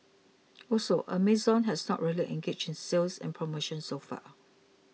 also Amazon has not really engaged in sales and promotions so far